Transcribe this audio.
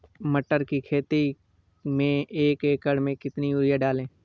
मटर की खेती में एक एकड़ में कितनी यूरिया डालें?